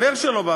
חבר שלו,